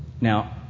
Now